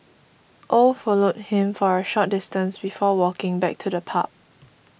oh followed him for a short distance before walking back to the pub